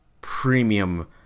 premium